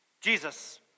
Jesus